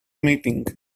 meeting